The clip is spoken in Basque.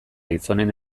gizonen